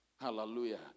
Hallelujah